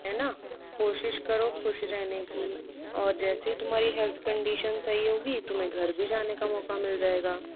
है न कोशिश करो खुश रहने की और जैसे ही तुम्हारी हेल्थ कंडीशन सही होगी तुम्हे घर भी जाने का मौका मिल जाएगा